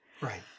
right